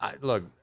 Look